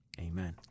amen